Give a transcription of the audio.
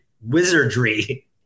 wizardry